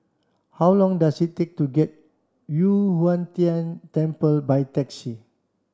how long does it take to get Yu Huang Tian Temple by taxi